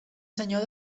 senyor